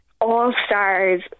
all-stars